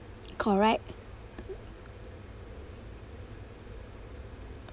correct